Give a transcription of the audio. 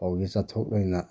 ꯐꯧꯁꯤ ꯆꯥꯊꯣꯛ ꯂꯩꯅ